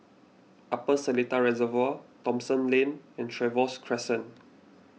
Upper Seletar Reservoir Thomson Lane and Trevose Crescent